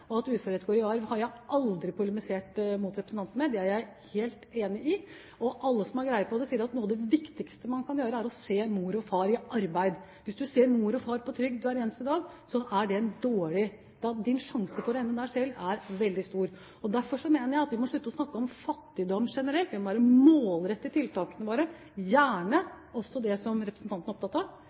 har jeg aldri polemisert mot representanten om, for det er jeg helt enig i. Og alle som har greie på det, sier at noe av det viktigste her er å se mor og far i arbeid. Hvis man ser mor og far på trygd hver eneste dag, er faren for å ende der selv veldig stor. Derfor mener jeg at vi må slutte å snakke om fattigdom generelt, vi må målrette tiltakene våre – gjerne også det som representanten er opptatt av,